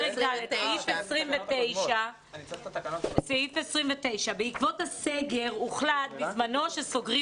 סעיף 29. בעקבות הסגר הוחלט בזמנו שסוגרים